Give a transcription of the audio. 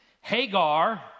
Hagar